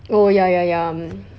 oh ya ya ya mm